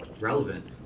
relevant